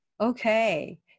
Okay